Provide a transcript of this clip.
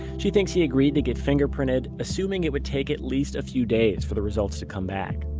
she thinks he agreed to get fingerprinted assuming it would take at least a few days for the results to come back.